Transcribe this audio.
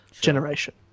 generation